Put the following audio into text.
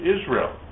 Israel